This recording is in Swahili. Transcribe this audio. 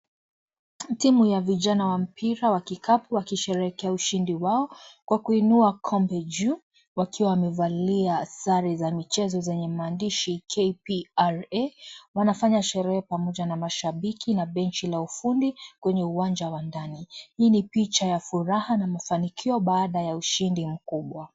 Timu ya vijana wa mpira wa kikapu wakisherehekea ushindi wao kwa kuinua kombe juu wakiwa wamevalia sare za michezo zenye maandishi KPRA wanafanya sherehe pamoja na mashabiki na benchi la ufundi kwenye uwanja wa ndani. Hii picha ya furaha na mafanikio baada ya ushindi mkubwa.